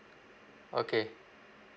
okay